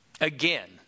Again